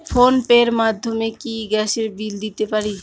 Phone pay র মাধ্যমে কি গ্যাসের বিল দিতে পারি?